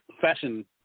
fashion